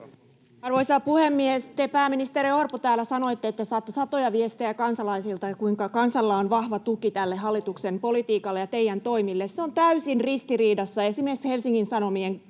Arvoisa puhemies! Te, pääministeri Orpo, täällä sanoitte, että saatte satoja viestejä kansalaisilta, kuinka kansalla on vahva tuki tälle hallituksen politiikalle ja teidän toimillenne. [Juho Eerolan välihuuto] Se on täysin ristiriidassa esimerkiksi Helsingin Sanomien joulukuun